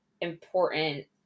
important